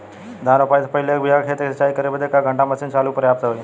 धान रोपाई से पहिले एक बिघा खेत के सिंचाई करे बदे क घंटा मशीन चली तू पर्याप्त होई?